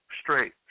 straight